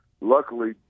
luckily